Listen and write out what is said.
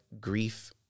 grief